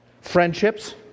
Friendships